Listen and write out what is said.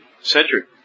Cedric